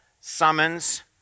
summons